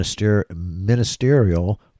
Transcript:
Ministerial